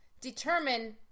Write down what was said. determine